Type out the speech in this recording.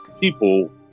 people